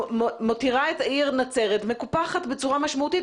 מותירה את העיר נצרת מקופחת בצורה משמעותית,